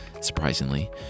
Surprisingly